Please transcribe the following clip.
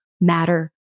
matter